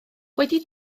wedi